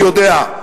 אני יודע.